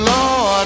Lord